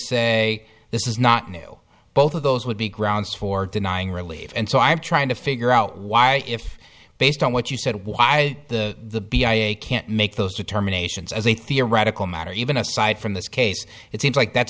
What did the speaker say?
say this is not new both of those would be grounds for denying relieve and so i'm trying to figure out why if based on what you said why the b i a can't make those determinations as a theoretical matter even aside from this case it seems like that's